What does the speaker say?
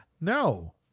No